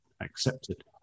accepted